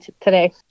today